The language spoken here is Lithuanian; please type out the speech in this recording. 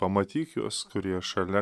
pamatyk juos kurie šalia